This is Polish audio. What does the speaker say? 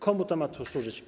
Komu to ma służyć?